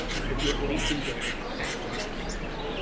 i hope you at least enjoyed it, and at most learnt something.